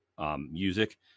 Music